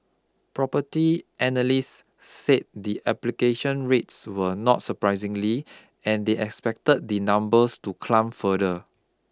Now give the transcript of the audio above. property analysts said the application rates were not surprisingly and they expected the numbers to climb further